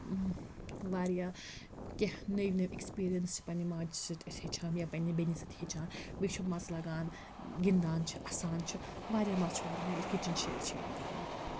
واریاہ کینٛہہ نٔوۍ نٔوۍ ایٚکٕسپیٖریَنٕس چھِ پنٛنہِ ماجہِ سۭتۍ أسۍ ہیٚچھان یا پنٛنہِ بیٚنہِ سۭتۍ ہیٚچھان بیٚیہِ چھُ مَزٕ لَگان گِنٛدان چھِ اَسان چھِ واریاہ مَزٕ چھُ لَگان ییٚلہِ کِچَن شِیر چھِ یِوان کَرنہٕ